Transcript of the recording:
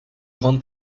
grande